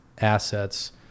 Assets